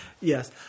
Yes